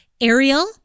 Ariel